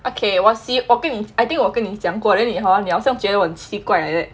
okay I think 我跟你讲过 then 你 hor 你好像觉得我很奇怪 like that